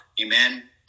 amen